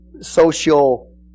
social